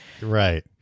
right